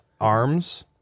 arms